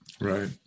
Right